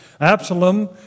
Absalom